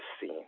scene